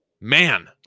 Man